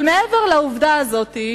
אבל מעבר לעובדה הזאת,